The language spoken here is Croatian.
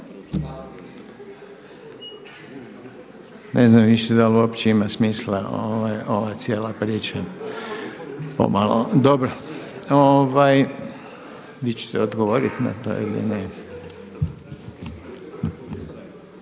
Ne znam više da li uopće ima smisla ova cijela priča. Vi ćete odgovoriti na to ili ne?